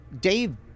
Dave